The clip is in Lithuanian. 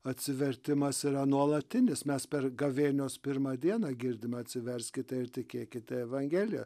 atsivertimas yra nuolatinis mes per gavėnios pirmą dieną girdim atsiverskite ir tikėkite evangelija